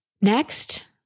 Next